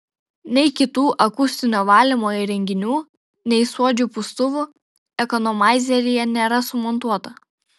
nei kitų akustinio valymo įrenginių nei suodžių pūstuvų ekonomaizeryje nėra sumontuota